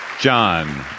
John